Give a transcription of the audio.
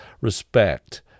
respect